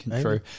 True